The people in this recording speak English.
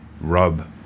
rub